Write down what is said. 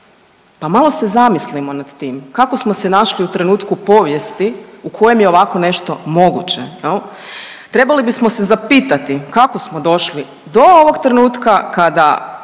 Pa malo se zamislimo nad tim kako smo se našli u trenutku povijesti u kojem je ovako nešto moguće jel? Trebali bismo se zapitati kako smo došli do ovog trenutka kada